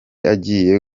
agiye